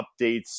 updates